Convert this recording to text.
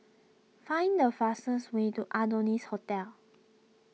find the fastest way to Adonis Hotel